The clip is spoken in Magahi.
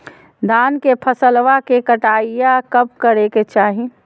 धान के फसलवा के कटाईया कब करे के चाही?